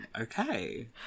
Okay